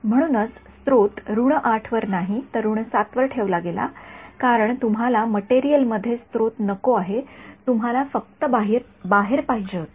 म्हणूनच स्त्रोत ८ वर नाही तर ७ वर ठेवला गेला कारण तुम्हाला मटेरियल मध्ये स्त्रोत नको आहे तुम्हाला फक्त बाहेर पाहिजे होते